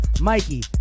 Mikey